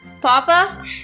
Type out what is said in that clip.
Papa